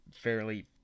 fairly